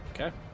Okay